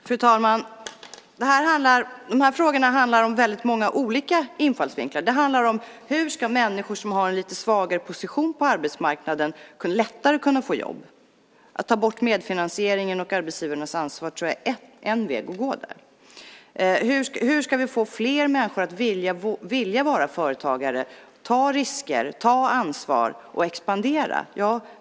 Fru talman! Frågorna handlar om många olika infallsvinklar. Hur ska människor som har en svagare position på arbetsmarknaden lättare få jobb? Att ta bort medfinansieringen och arbetsgivarnas ansvar tror jag är en väg att gå. Hur ska vi få fler människor att vilja vara företagare, ta risker, ta ansvar och expandera?